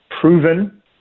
proven